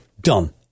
Done